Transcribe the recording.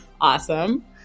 Awesome